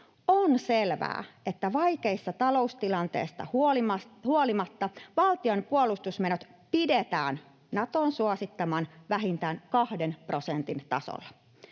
On selvää, että vaikeasta taloustilanteesta huolimatta valtion puolustusmenot pidetään Naton suosittaman vähintään kahden prosentin tasolla.